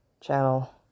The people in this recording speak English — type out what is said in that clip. channel